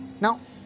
Now